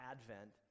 Advent